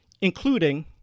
including